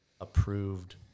approved